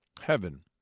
heaven